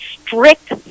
strict